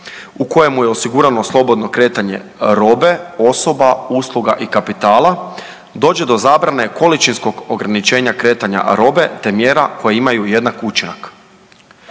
u kojemu je osigurano slobodno kretanje robe, osoba, usluga i kapitala dođe do zabrane količinskog ograničenja kretanja robe te mjera koje imaju jednak učinak.